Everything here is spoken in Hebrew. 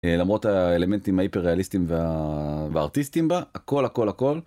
למרות האלמנטים ההיפר-ריאליסטיים והארטיסטיים בה, הכל הכל הכל.